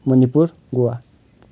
Manipur Goa